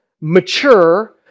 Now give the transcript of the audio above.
mature